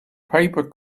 paper